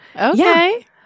Okay